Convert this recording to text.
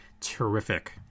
terrific